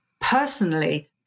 personally